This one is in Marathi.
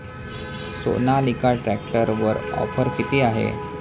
सोनालिका ट्रॅक्टरवर ऑफर किती आहे?